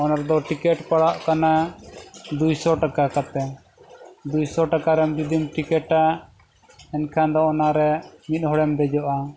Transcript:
ᱚᱱᱟ ᱨᱮᱫᱚ ᱴᱤᱠᱤᱴ ᱯᱟᱲᱟᱜ ᱠᱟᱱᱟ ᱫᱩᱭᱥᱚ ᱴᱟᱠᱟ ᱠᱟᱛᱮᱫ ᱫᱩᱭᱥᱚ ᱴᱟᱠᱟ ᱨᱮᱢ ᱡᱩᱫᱤᱢ ᱴᱤᱠᱤᱴ ᱟ ᱮᱱᱠᱷᱟᱱ ᱫᱚ ᱚᱱᱟᱨᱮ ᱢᱤᱫ ᱦᱚᱲᱮᱢ ᱫᱮᱡᱚᱜᱼᱟ